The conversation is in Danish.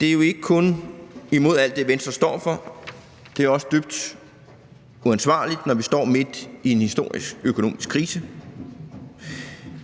Det er jo ikke kun imod alt det, Venstre står for, det er også dybt uansvarligt, når vi står midt i en historisk økonomisk krise.